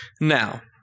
Now-